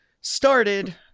started